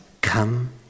come